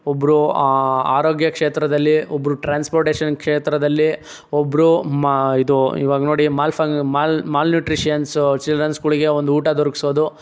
ಒಬ್ಬರು ಆರೋಗ್ಯ ಕ್ಷೇತ್ರದಲ್ಲಿ ಒಬ್ಬರು ಟ್ರಾನ್ಸ್ಪೋರ್ಟೇಷನ್ ಕ್ಷೇತ್ರದಲ್ಲಿ ಒಬ್ಬರು ಮ ಇದು ಈವಾಗ ನೋಡಿ ಮಾಲ್ ಫ ಮಾಲ್ ಮಾಲ್ ನ್ಯೂಟ್ರಿಷನ್ಸು ಚಿಲ್ಡ್ರನ್ಸ್ಗಳಿಗೆ ಒಂದು ಊಟ ದೊರಕಿಸೋದು